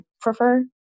prefer